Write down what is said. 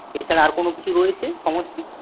এছাড়া আর কোন কিছু রয়েছে সমস্যা